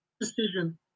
decision